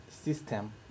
system